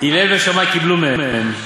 "הלל ושמאי קיבלו מהם.